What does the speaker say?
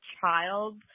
child